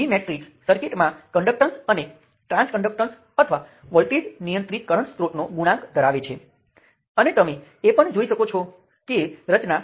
તેથી ચલ તરીકે મેશ કરંટનો ઉપયોગ કરી નોડલ વિશ્લેષણ સાથે જ્યાં નોડ વોલ્ટેજ ચલ તરીકે હતો અને તેના માટે ઉકેલો